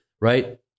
right